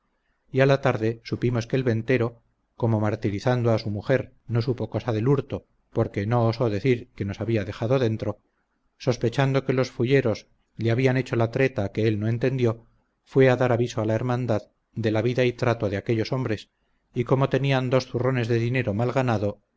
y durmiendo por el poco sueño y mucha pesadumbre que les había causado la pérdida de su dinero y a la tarde supimos que el ventero como martirizando a su mujer no supo cosa del hurto porque no osó decir que nos había dejado dentro sospechando que los fulleros le habían hecho la treta que él no entendió fue a dar aviso a la hermandad de la vida y trato de aquellos hombres y cómo tenían dos zurrones de dinero mal ganado